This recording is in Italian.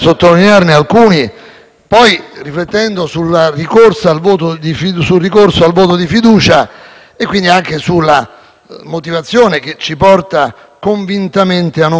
riflettendo poi sul ricorso al voto di fiducia e, quindi, anche sulla motivazione che ci porta convintamente a non votare la fiducia.